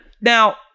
now